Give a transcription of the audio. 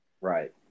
Right